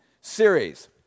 series